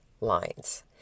lines